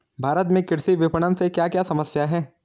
भारत में कृषि विपणन से क्या क्या समस्या हैं?